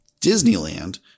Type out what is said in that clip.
Disneyland